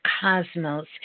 cosmos